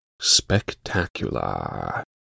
Spectacular